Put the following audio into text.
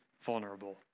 vulnerable